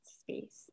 space